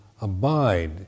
abide